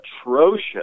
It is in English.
atrocious